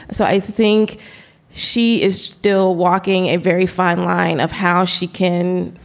so i think she is still walking a very fine line of how she can.